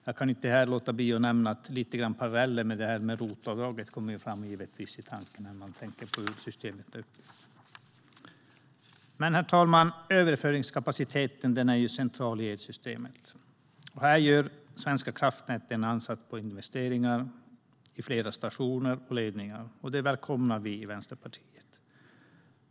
Jag kan inte låta bli att dra en parallell till ROT-avdraget när jag tänker på hur systemet är uppbyggt. Herr talman! Överföringskapaciteten är central i elsystemet. Här satsar Svenska kraftnät på investeringar i flera stationer och ledningar. Det välkomnar Vänsterpartiet.